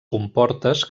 comportes